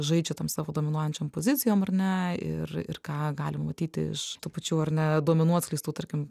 žaidžia tom savo dominuojančiom pozicijom ar ne ir ir ką galim matyti iš tų pačių ar ne duomenų atskleistų tarkim